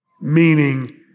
Meaning